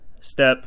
step